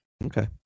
Okay